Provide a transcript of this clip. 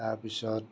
তাৰপিছত